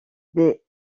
des